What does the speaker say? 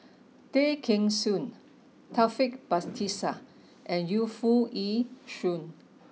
Tay Kheng Soon Taufik Batisah and Yu Foo Yee Shoon